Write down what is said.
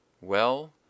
Well